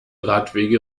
radwege